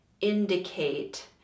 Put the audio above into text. indicate